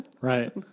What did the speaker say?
Right